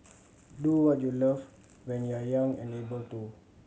do what you love when you are young and able to